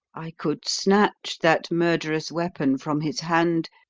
i could snatch that murderous weapon from his hand,